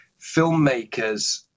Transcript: filmmakers